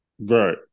Right